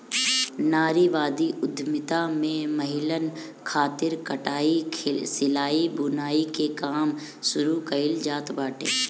नारीवादी उद्यमिता में महिलन खातिर कटाई, सिलाई, बुनाई के काम शुरू कईल जात बाटे